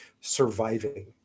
surviving